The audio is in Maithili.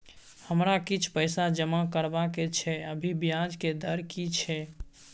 हमरा किछ पैसा जमा करबा के छै, अभी ब्याज के दर की छै?